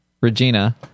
Regina